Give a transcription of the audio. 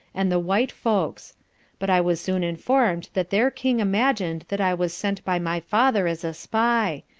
and the white folks but i was soon inform'd that their king imagined that i was sent by my father as a spy,